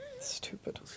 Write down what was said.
Stupid